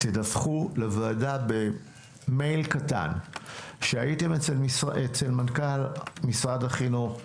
תדווחו לוועדה במייל קטן שהייתם אצל מנכ"ל משרד החינוך,